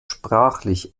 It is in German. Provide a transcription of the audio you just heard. sprachlich